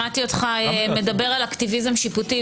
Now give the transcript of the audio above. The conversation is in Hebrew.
שמעתי אותך מדבר על אקטיביזם שיפוטי.